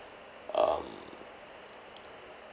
um